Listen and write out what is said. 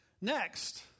Next